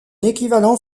équivalent